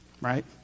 right